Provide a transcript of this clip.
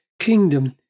kingdom